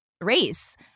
race